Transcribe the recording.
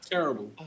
Terrible